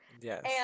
Yes